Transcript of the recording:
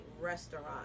Restaurant